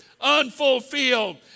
unfulfilled